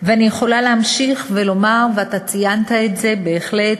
ואני יכולה להמשיך ולומר, ואתה ציינת את זה בהחלט.